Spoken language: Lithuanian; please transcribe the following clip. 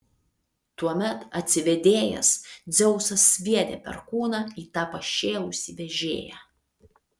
tuomet atsivėdėjęs dzeusas sviedė perkūną į tą pašėlusį vežėją